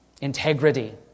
integrity